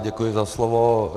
Děkuji za slovo.